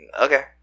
Okay